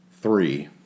Three